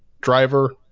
driver